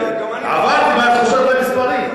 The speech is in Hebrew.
עברתי מהתחושות למספרים.